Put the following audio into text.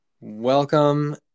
Welcome